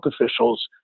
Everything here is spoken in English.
officials